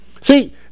see